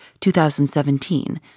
2017